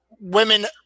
women